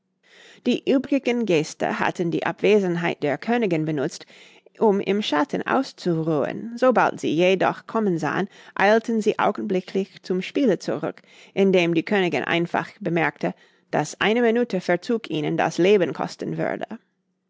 die übrigen gäste hatten die abwesenheit der königin benutzt um im schatten auszuruhen sobald sie sie jedoch kommen sahen eilten sie augenblicklich zum spiele zurück indem die königin einfach bemerkte daß eine minute verzug ihnen das leben kosten würde